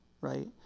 right